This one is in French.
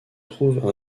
trouve